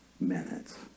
minutes